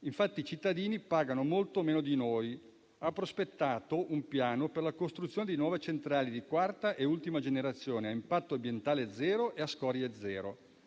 (infatti i cittadini pagano molto meno di noi), ha prospettato un piano per la costruzione di nuove centrali di quarta e ultima generazione a impatto ambientale zero e a scorie zero.